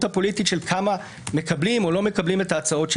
הפוליטית של כמה מקבלים או לא מקבלים את ההצעות שלה.